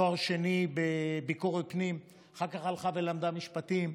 תואר שני בביקורת פנים, אחר כך למדה משפטים.